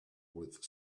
with